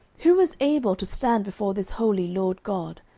who is able to stand before this holy lord god?